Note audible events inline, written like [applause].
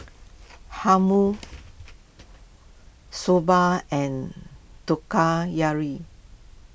Hummus Soba and [unintelligible]